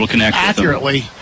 accurately